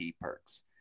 perks